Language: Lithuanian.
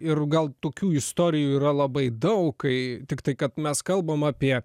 ir gal tokių istorijų yra labai daug kai tiktai kad mes kalbam apie